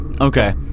okay